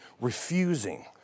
refusing